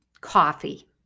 coffee